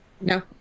No